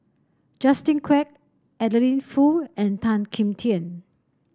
Justin Quek Adeline Foo and Tan Kim Tian